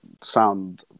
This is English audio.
sound